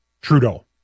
Trudeau